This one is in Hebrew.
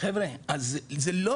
זה לא